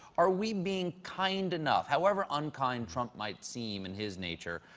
are we being kind enough, however unkind trump might seem in his nature,